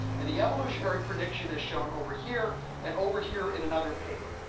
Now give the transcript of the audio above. and the evolutionary prediction is shown over here. and over here in another paper.